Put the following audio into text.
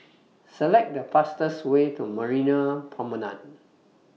Select The fastest Way to Marina Promenade